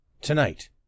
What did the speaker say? Tonight